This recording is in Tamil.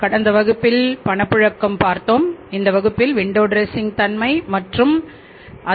கடந்த வகுப்பில் பணப்புழக்கம் இந்த வகுப்பில் விண்டோ டிரசிங் தன்மை மற்றும் மேலும்